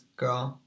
girl